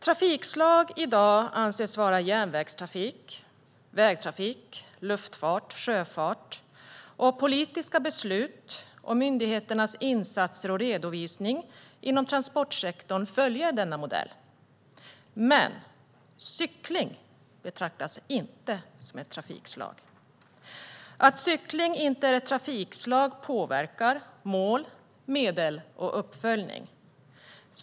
Trafikslag anses i dag vara järnvägstrafik, vägtrafik, luftfart och sjöfart. Politiska beslut och myndigheternas insatser och redovisning inom transportsektorn följer denna modell. Men cykling betraktas inte som ett trafikslag. Att cykling inte är ett trafikslag påverkar mål, medel och uppföljning.